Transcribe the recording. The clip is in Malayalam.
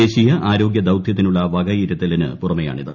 ദേശീയ ആരോഗൃ ദൌതൃത്തിനുള്ള ്യ്ക്ക്യിരുത്തലിന് പുറമെയാണിത്